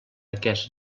aquest